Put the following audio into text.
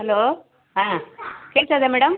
hello ಹಾಂ ಕೇಳ್ತದಾ madam